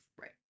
Right